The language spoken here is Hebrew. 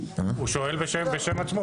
הוא שואל בשם עצמו.